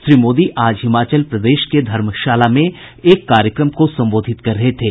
श्री मोदी आज हिमाचल प्रदेश के धर्मशाला में एक कार्यक्रम को संबोधित कर रहे थे